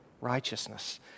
righteousness